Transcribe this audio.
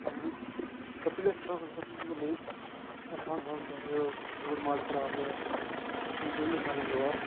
comedy Kapil अच्छा मतलब कि हसांदा हुंदा मूड मा खराब होवे ठीक होई जंदा बंदे दा